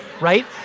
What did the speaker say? right